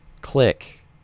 Click